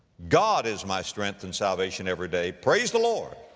god is my strength and salvation every day. praise the lord.